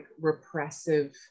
repressive